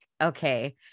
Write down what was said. okay